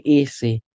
easy